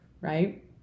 right